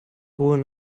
ruhe